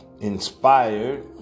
inspired